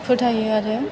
फोथायो आरो